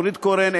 נורית קורן,